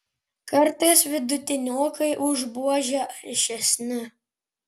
kartais vidutiniokai už buožę aršesni